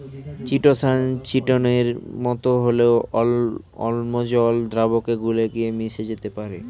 chitosan চিটোনের মতো হলেও অম্ল জল দ্রাবকে গুলে গিয়ে মিশে যেতে পারে